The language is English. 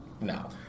No